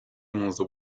منذ